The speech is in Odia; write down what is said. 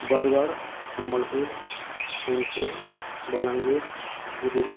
ବରଗଡ଼ ସମ୍ବଲପୁର ସୋନପୁର ବଲାଙ୍ଗୀର ପୁରୀ